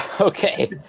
Okay